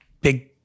big